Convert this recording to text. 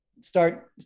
start